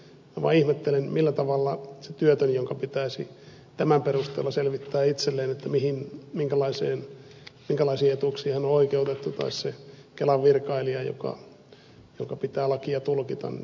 minä vaan ihmettelen mihin se työtön jonka pitäisi tämän perusteella selvittää itselleen minkälaisiin etuuksiin hän on oikeutettu tai se kelan virkailija jonka pitää lakia tulkita päätyy tältä pohjalta